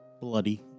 bloody